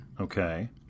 Okay